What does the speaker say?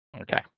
Okay